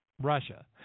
Russia